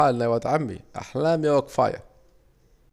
احلام يا واد عمي، احلامي وكفاية